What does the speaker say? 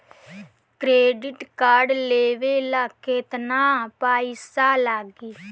Credit card लेवे ला केतना पइसा लागी?